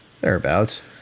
Thereabouts